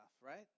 right